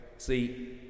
See